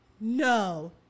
No